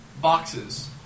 boxes